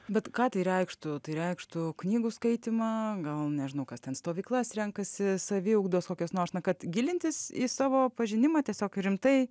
bet ką tai reikštų tai reikštų knygų skaitymą gal nežinau kas ten stovyklas renkasi saviugdos kokias nors na kad gilintis į savo pažinimą tiesiog rimtai